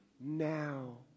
now